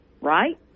right